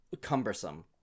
cumbersome